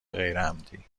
غیرعمدی